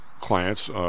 clients